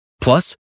Plus